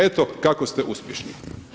Eto kako ste uspješni.